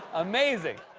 amazing.